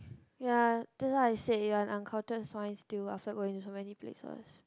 ya thats why I said you are and uncultured swine still after going to so many places